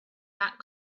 that